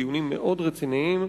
דיונים מאוד רציניים,